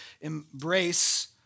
embrace